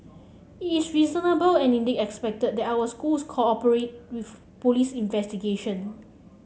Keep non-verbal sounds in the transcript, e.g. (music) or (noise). it's reasonable and indeed expected that our schools cooperate (unintelligible) police investigation